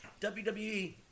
WWE